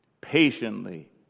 patiently